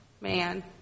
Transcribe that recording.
man